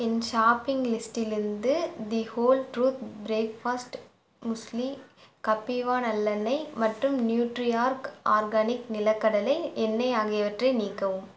என் shopping லிஸ்டிலிருந்து the whole truth breakfast muesli Kapiva நல்லெண்ணெய் மற்றும் நியூட்ரிஆர்க் ஆர்கானிக் நிலக்கடலை எண்ணெய் ஆகியவற்றை நீக்கவும்